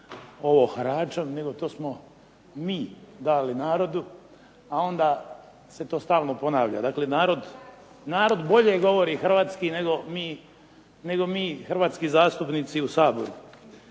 ovo haračem nego to smo mi dali narodu a onda se to stalno ponavlja. Dakle, narod bolje govori hrvatski nego mi hrvatski zastupnici u Saboru,